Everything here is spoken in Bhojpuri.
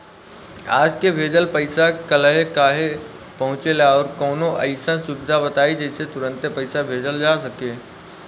आज के भेजल पैसा कालहे काहे पहुचेला और कौनों अइसन सुविधा बताई जेसे तुरंते पैसा भेजल जा सके?